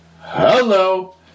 Hello